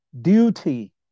duty